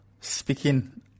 speaking